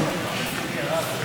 אני צריך להיות בישראל.